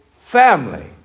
family